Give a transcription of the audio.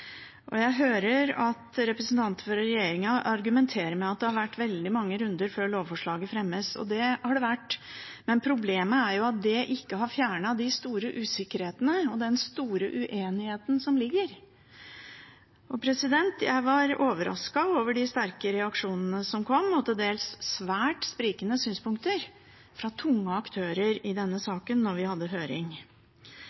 Jeg hører at representanter fra regjeringen argumenterer med at det har vært veldig mange runder før lovforslaget ble fremmet – og det har det vært – men problemet er at man ikke har fjernet de usikkerhetene og den store uenigheten som ligger der. Jeg var overrasket over de sterke reaksjonene, og til dels svært sprikende synspunkter, som kom fra tunge aktører i denne